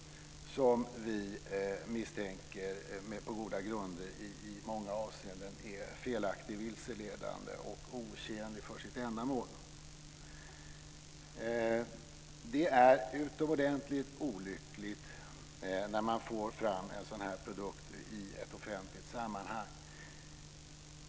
Vi misstänker på goda grunder att den i många avseenden är felaktig, vilseledande och otjänlig för sitt ändamål. Det är utomordentligt olyckligt när man får fram en sådan här produkt i ett offentligt sammanhang.